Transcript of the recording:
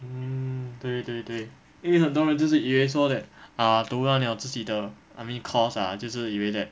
mm 对对对因为很多人就是以为说 that uh 读完了自己的 I mean course ah 就是以为 that